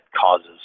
causes